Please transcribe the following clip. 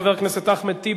חבר הכנסת אחמד טיבי,